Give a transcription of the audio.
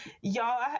y'all